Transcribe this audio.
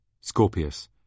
Scorpius